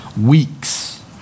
weeks